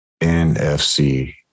NFC